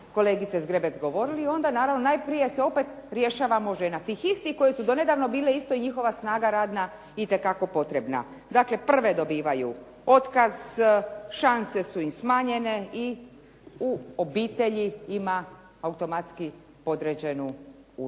kolegice Zgrebec govorili, onda naravno najprije se opet rješavamo žena, tih istih koje su do nedavno bile isto i njihova snaga radna i te kako potrebna. Dakle, prve dobivaju otkaz, šanse su im smanjene i u obitelji ima automatski podređenu ulogu